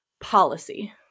policy